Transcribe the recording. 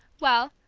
well,